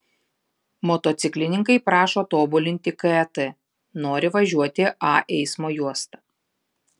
motociklininkai prašo tobulinti ket nori važiuoti a eismo juosta